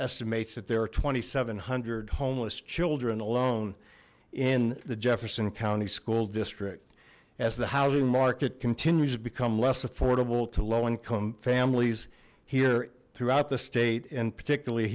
estimates that there are two thousand seven hundred homeless children alone in the jefferson county school district as the housing market continues to become less affordable to low income families here throughout the state and particularly